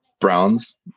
Browns